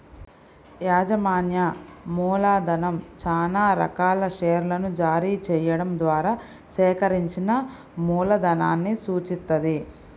యాజమాన్య మూలధనం చానా రకాల షేర్లను జారీ చెయ్యడం ద్వారా సేకరించిన మూలధనాన్ని సూచిత్తది